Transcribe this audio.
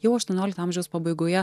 jau aštuoniolikto amžiaus pabaigoje